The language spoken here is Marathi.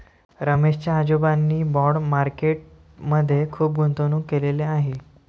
रमेश च्या आजोबांनी बाँड मार्केट मध्ये खुप गुंतवणूक केलेले आहे